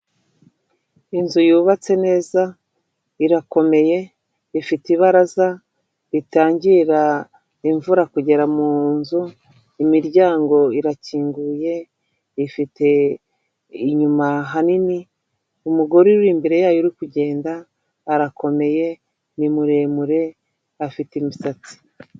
Inzu yubatse neza irakomeye ifite ibaraza ritangira imvura kugera munzu, imiryango irakinguye ifite inyuma hanini umugore uri imbere yayo uri kugenda arakomeye ni muremure afite imisatsi